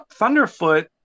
Thunderfoot